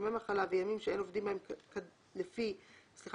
ימי מחלה וימים שאין עובדים בהם לפי דין,